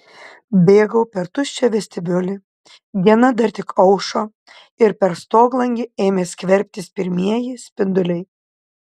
bėgau per tuščią vestibiulį diena dar tik aušo ir per stoglangį ėmė skverbtis pirmieji spinduliai